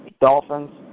Dolphins